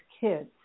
kids